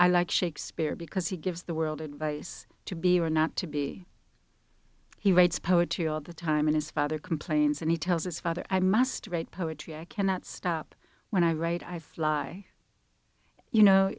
i like shakespeare because he gives the world advice to be or not to be he writes poetry all the time and his father complains and he tells his father i must write poetry i cannot stop when i write i fly you know